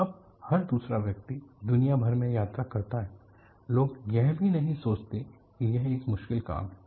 अब हर दूसरा व्यक्ति दुनिया भर में यात्रा करता है लोग यह भी नहीं सोचते कि यह एक मुश्किल काम है